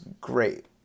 great